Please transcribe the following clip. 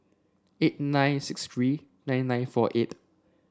eight nine six three nine nine four eight